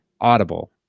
Audible